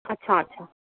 अच्छा अच्छा